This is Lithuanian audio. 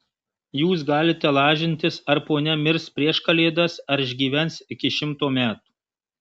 jūs galite lažintis ar ponia mirs prieš kalėdas ar išgyvens iki šimto metų